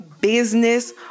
business